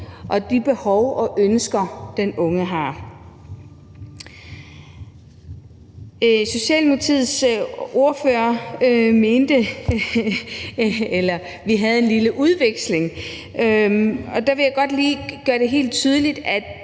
og de behov og ønsker, den unge har. Socialdemokratiets ordfører og jeg havde en lille ordudveksling, og der vil jeg godt lige gøre det helt tydeligt, at